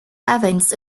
events